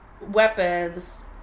weapons